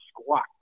squat